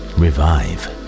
revive